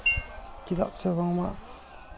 ᱪᱮᱫᱟᱜ ᱥᱮ ᱵᱟᱝᱢᱟ